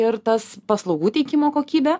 ir tas paslaugų teikimo kokybę